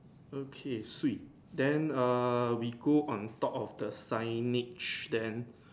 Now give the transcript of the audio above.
okay swee then err we go on top of the signage then